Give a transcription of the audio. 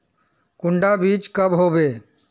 कुंडा बीज कब होबे?